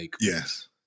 Yes